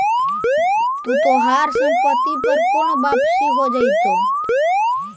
तू तोहार संपत्ति पर पूर्ण वापसी हो जाएतो